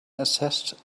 assessed